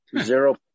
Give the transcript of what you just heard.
Zero